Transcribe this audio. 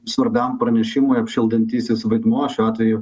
svarbiam pranešimui apšildantysis vaidmuo šiuo atveju